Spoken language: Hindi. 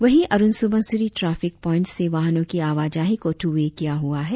वहीं अरुण सुबनसिरी ट्राफिक पोईंट से वाहनों की आवाजाही को टू वे किया हुआ है